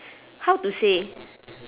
how to say